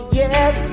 yes